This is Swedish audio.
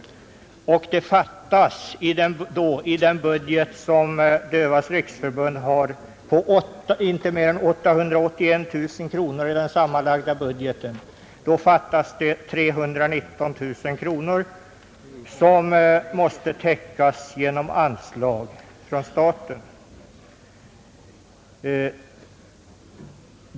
Den sammanlagda budgeten för Sveriges dövas riksförbund uppgår inte till mer än 881 000 kronor och i den fattas 319 000 kronor, som måste täckas genom anslag från staten.